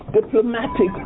diplomatic